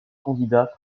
candidats